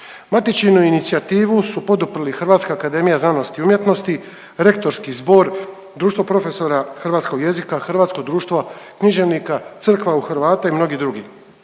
Matičinu inicijativu su poduprli HAZU, Rektorski zbor, Društvo profesora hrvatskog jezika, Hrvatsko društvo književnika, Crkva u Hrvata i mnogi drugi.